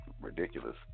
ridiculous